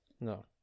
No